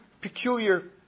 peculiar